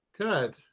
good